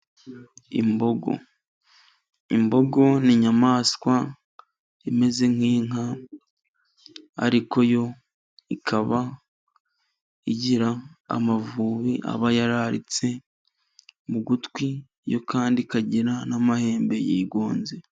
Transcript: Imbogo, imbogo n'inyamaswa imeze nk'inka, ariko yo ikaba igira amavubi aba yararitse mu gutwi , yo kandi ikagira n'amahembe yigonze.